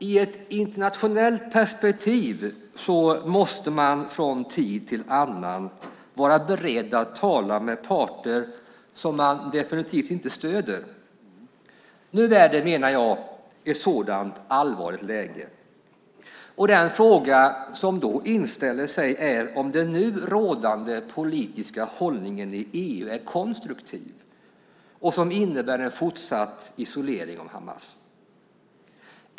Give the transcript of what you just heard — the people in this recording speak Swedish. I ett internationellt perspektiv måste man från tid till annan vara beredd att tala med parter som man definitivt inte stöder. Nu är det, menar jag, ett sådant allvarligt läge. Den fråga som då inställer sig är om den nu rådande politiska hållningen i EU är konstruktiv som innebär en fortsatt isolering av Hamas.